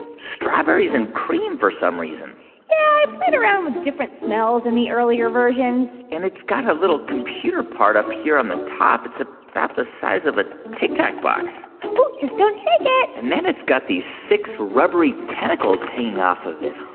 strawberries and cream for some reason yeah, around with different smells in the earlier versions and it's got a little computer part up here on the top. it's ah about the size of a tic tac box ooh, just don't shake it and then it's got these six rubbery tentacles hanging off of it.